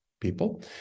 people